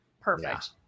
Perfect